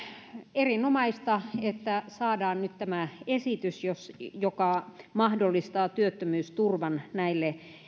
erinomaista että saadaan nyt tämä esitys joka mahdollistaa työttömyysturvan näille